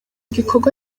gikorwa